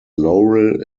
laurel